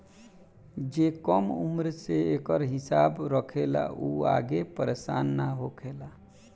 जे कम उम्र से एकर हिसाब रखेला उ आगे परेसान ना होखेला